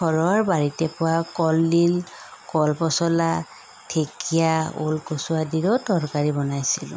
ঘৰৰ বাৰীতে পোৱা কলডিল কল পচলা ঢেকীয়া ওলকচু আদিৰেও তৰকাৰী বনাইছিলোঁ